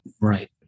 Right